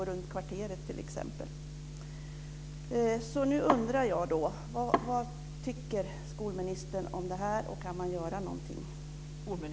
Man kan t.ex. gå runt kvarteret.